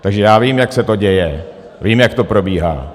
Takže já vím, jak se to děje, vím, jak to probíhá.